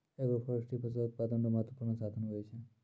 agroforestry फसल उत्पादन रो महत्वपूर्ण साधन हुवै छै